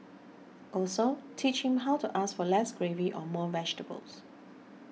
also teach him how to ask for less gravy or more vegetables